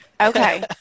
Okay